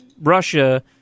Russia